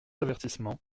avertissement